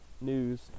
news